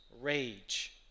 rage